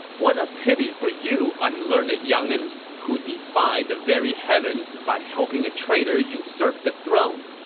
what a pity for you unlearned youngin's who defy the very heavens by helping a traitor usurp the throne!